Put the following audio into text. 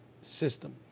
system